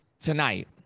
tonight